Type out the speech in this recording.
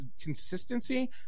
consistency